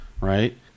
Right